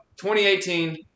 2018